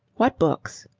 what books?